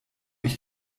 ich